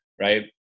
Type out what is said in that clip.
right